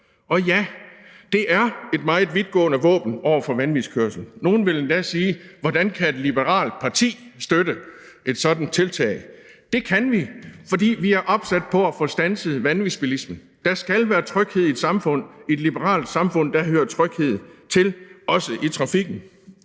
Og ja, det er et meget vidtgående våben over for vanvidskørsel. Nogle vil endda spørge: Hvordan kan et liberalt parti støtte et sådant tiltag? Det kan vi, fordi vi er opsat på at få standset vanvidsbilisme. Der skal være tryghed i et samfund; i et liberalt samfund hører tryghed til, også i trafikken.